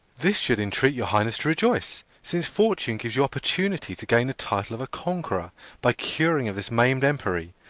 this should entreat your highness to rejoice, since fortune gives you opportunity to gain the title of a conqueror by curing of this maimed empery.